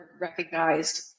recognized